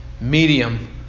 medium